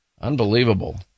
Unbelievable